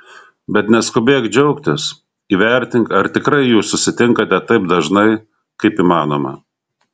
bet neskubėk džiaugtis įvertink ar tikrai jūs susitinkate taip dažnai kaip įmanoma